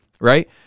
Right